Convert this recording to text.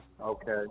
Okay